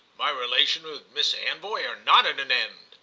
my relations with miss anvoy are not at an end,